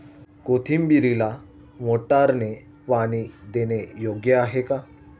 कोथिंबीरीला मोटारने पाणी देणे योग्य आहे का?